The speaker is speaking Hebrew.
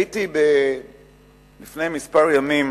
הייתי לפני מספר ימים